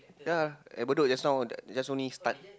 ya at Bedok just now that they only just start